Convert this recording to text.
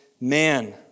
man